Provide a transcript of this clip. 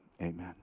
amen